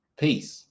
peace